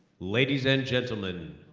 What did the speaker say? ladies and gentlemen,